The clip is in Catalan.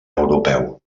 europeu